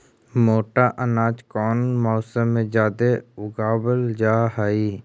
मोटा अनाज कौन मौसम में जादे उगावल जा हई?